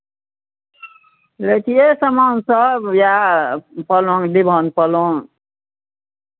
लैतियै सामानसभ इएह पलङ्ग दीवान पलङ्ग